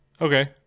Okay